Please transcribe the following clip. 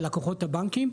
של לקוחות הבנקים?